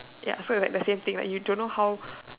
ya so its like the same thing like you don't know how